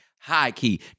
high-key